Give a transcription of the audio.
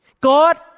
God